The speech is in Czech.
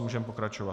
Můžeme pokračovat.